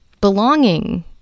belonging